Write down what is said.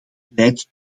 leidt